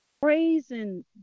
praising